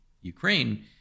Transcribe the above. Ukraine